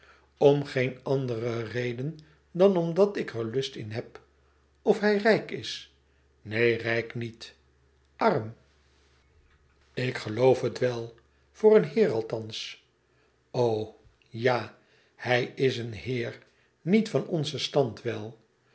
om geen andere reden dan omdat ik er lust in heb of hij rijk is neen rijk niet arm l wren winterkoninkje zakes die hst hart raken j i lik geloof het wel voor een heer althans ja hij is een heer niet van onzen stand welr